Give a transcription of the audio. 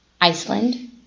Iceland